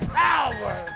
power